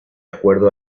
acuerdo